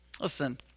Listen